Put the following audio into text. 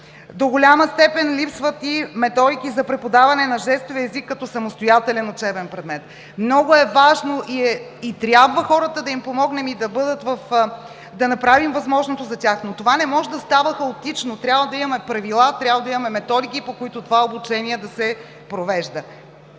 До голяма степен липсват и методики за преподаване на жестовия език като самостоятелен учебен предмет. Много e важно и трябва на хората да им помогнем, да направим възможното за тях, но това не може да става хаотично, трябва да имаме правила, трябва да има методики, по които това обучение да се провежда.